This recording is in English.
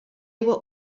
were